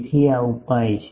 તેથી આ ઉપાય છે